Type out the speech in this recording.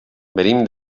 venim